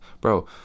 Bro